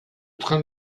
train